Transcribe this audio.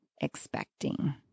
expecting